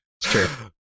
true